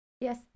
Yes